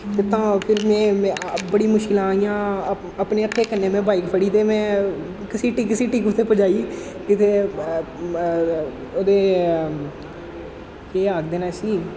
ते तां फिर में बड़ी मुश्कलें इ'यां अप अपने हत्थें कन्नै में बाइक फड़ी ते में घसीटी घसीटी कु'त्थै पजाई इत्थै ओह्दे केह् आखदे न इस्सी